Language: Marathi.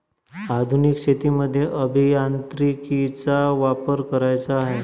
आधुनिक शेतीमध्ये अभियांत्रिकीचा वापर करायचा आहे